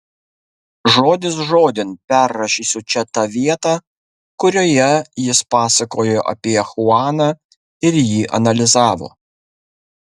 žodis žodin perrašysiu čia tą vietą kurioje jis pasakojo apie chuaną ir jį analizavo